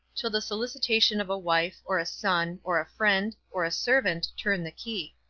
till the solicitation of a wife, or a son, or a friend, or a servant, turn the key.